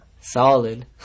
Solid